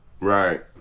Right